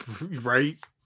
Right